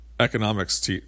economics